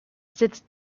sitzt